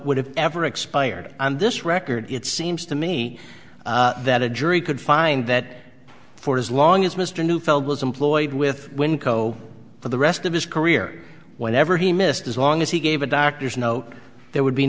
would have ever expired on this record it seems to me that a jury could find that for as long as mr neufeld was employed with window for the rest of his career whenever he missed as long as he gave a doctor's note there would be